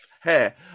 hair